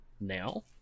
now